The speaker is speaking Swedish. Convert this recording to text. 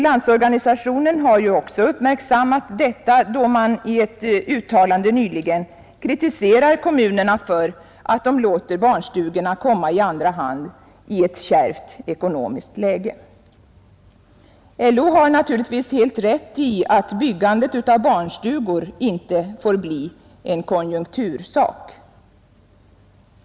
Landsorganisationen har ju också uppmärksammat detta, då man i ett uttalande nyligen kritiserar kommunerna för att de låter barnstugorna komma i andra hand i ett kärvt ekonomiskt läge. LO har naturligtvis helt rätt i att byggandet av barnstugor inte får bli en konjunktursak.